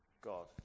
God